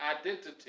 identity